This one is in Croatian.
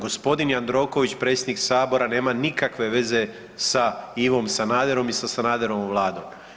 Gospodin Jandroković, predsjednik Sabora nema nikakve veze sa Ivom Sanaderom i Sanaderovom vladom.